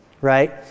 right